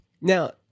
Now